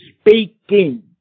speaking